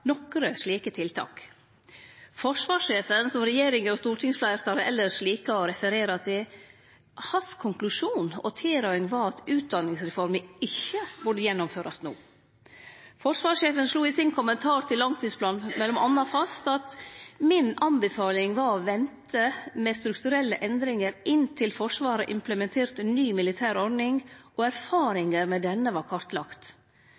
nokre slike tiltak. Konklusjonen og tilrådinga frå forsvarssjefen – som regjeringa og stortingsfleirtalet elles likar å referere til – var at utdanningsreforma ikkje burde gjennomførast no. Forsvarssjefen slo i sin kommentar til langtidsplanen m.a. fast at «min anbefaling var å vente med strukturelle endringer inntil Forsvaret har implementert ny militær ordning og erfaringer med denne var kartlagt.